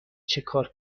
چکار